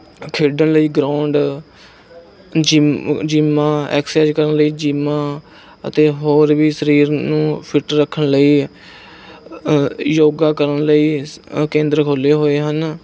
ਖੇਡਣ ਲਈ ground gym ਜਿੰਮਾਂ ਐਕਸਰਸਾਈਜ਼ ਕਰਨ ਲਈ ਜਿੰਮਾਂ ਅਤੇ ਹੋਰ ਵੀ ਸਰੀਰ ਨੂੰ ਫਿੱਟ ਰੱਖਣ ਲਈ ਯੋਗਾ ਕਰਨ ਲਈ ਕੇਂਦਰ ਖੋਲ੍ਹੇ ਹੋਏ ਹਨ